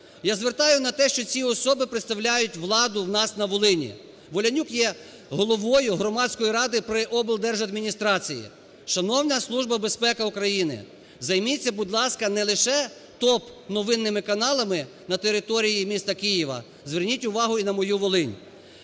Я звертаю на те, що ці особи представляють владу у нас на Волині. Волянюк є головою громадської ради при облдержадміністрації. Шановна Служба безпеки України, займіться, будь ласка, не лише топновинними каналами на території міста Києва, зверніть увагу й на мою Волинь.